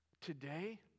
today